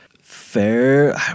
fair